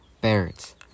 Barrett